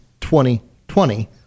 2020